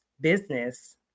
business